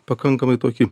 pakankamai tokį